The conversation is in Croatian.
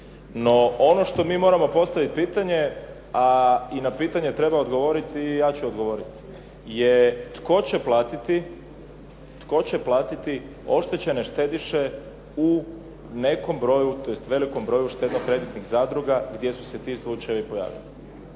ono što mi moramo postaviti pitanje, a i na pitanje treba odgovoriti i ja ću odgovoriti je tko će platiti oštećene štediše u nekom broju, tj. velikom broju štedno-kreditnih zadruga gdje su se ti slučajevi pojavili